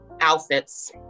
outfits